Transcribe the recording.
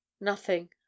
Nothing